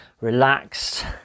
relaxed